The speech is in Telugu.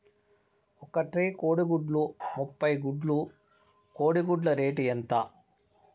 ఒక ట్రే కోడిగుడ్లు ముప్పై గుడ్లు కోడి గుడ్ల రేటు ఎంత?